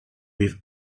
with